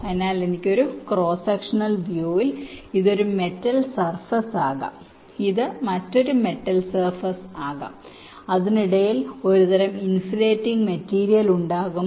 അതിനാൽ ഒരു cross sectional view ൽ ഇത് ഒരു മെറ്റൽ സർഫേസ് ആകാം ഇത് മറ്റൊരു മെറ്റൽ സർഫേസ് ആകാം അതിനിടയിൽ ഒരു തരം ഇൻസുലേറ്റിംഗ് മെറ്റീരിയൽ ഉണ്ടാകും